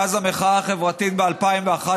מאז המחאה החברתית ב-2011.